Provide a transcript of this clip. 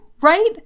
right